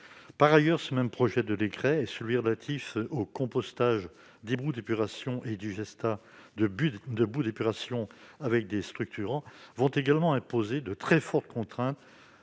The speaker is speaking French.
Par ailleurs, ce même projet de décret, ainsi que celui qui est relatif au compostage des boues d'épuration et digestats de boues d'épuration avec des structurants vont également imposer de très fortes contraintes